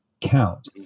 count